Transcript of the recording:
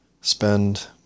spend